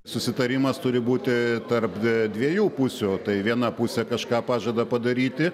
susitarimas turi būti tarp dviejų pusių tai viena pusė kažką pažada padaryti